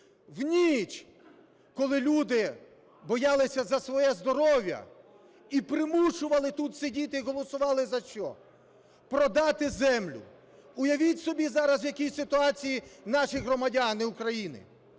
ніч, коли люди боялися за своє здоров'я, і примушували тут сидіти і голосували за що – продати землю. Уявіть собі зараз, у якій ситуації зараз наші громадяни України: